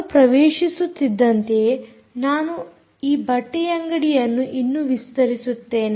ಅವನು ಪ್ರವೇಶಿಸುತ್ತಿದ್ದಂತೆ ನಾನು ಈ ಬಟ್ಟೆಯಂಗಡಿಯನ್ನು ಇನ್ನೂ ವಿಸ್ತರಿಸುತ್ತೇನೆ